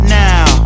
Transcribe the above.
now